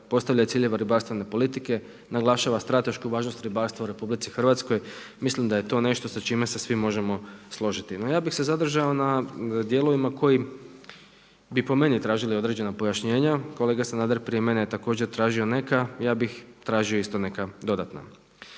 postavljanje ciljeva ribarstvene politike, naglašava stratešku važnost ribarstva u RH. Mislim da je to nešto sa čime se svi možemo složiti. No, ja bih se zadržao na dijelovima koji bi po meni tražili određena pojašnjenja. Kolega Sanader je prije mene također tražio neka. Ja bih tražio isto neka dodatna.